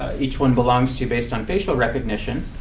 each one belongs to based on facial recognition,